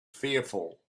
fearful